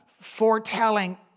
foretelling